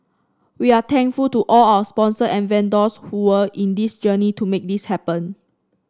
we are thankful to all our sponsor and vendors who were in this journey to make this happen